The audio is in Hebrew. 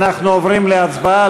אנחנו עוברים להצבעה.